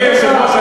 אדוני היושב-ראש,